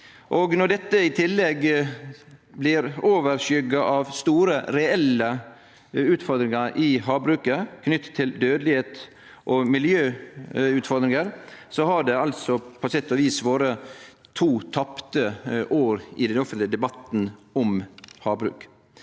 Når dette i tillegg blir overskygga av store, reelle utfordringar i havbruket knytte til dødelegheit og miljø, har det på sett og vis vore to tapte år i den offentlege debatten om havbruk.